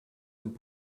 amb